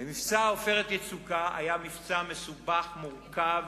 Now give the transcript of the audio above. מבצע "עופרת יצוקה" היה מבצע מסובך ומורכב